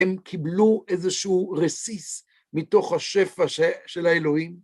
הם קיבלו איזשהו רסיס מתוך השפע של האלוהים